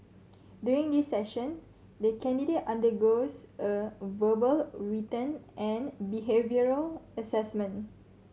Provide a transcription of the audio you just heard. during this session the candidate undergoes a verbal written and behavioural assessment